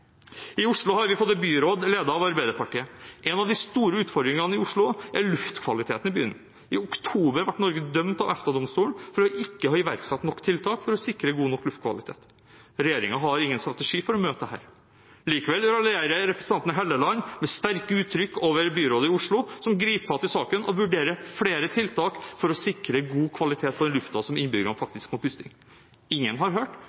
I Oslo har vi fått et byråd ledet av Arbeiderpartiet. En av de store utfordringene i Oslo er luftkvaliteten i byen. I oktober ble Norge dømt i EFTA-domstolen for ikke å ha iverksatt nok tiltak for å sikre god nok luftkvalitet. Regjeringen har ingen strategi for å møte dette. Likevel raljerer representanten Hofstad Helleland med sterke uttrykk over byrådet i Oslo, som griper fatt i saken og vurderer flere tiltak for å sikre god kvalitet på luften som innbyggerne faktisk må puste inn. Ingen har hørt